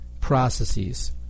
processes